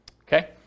Okay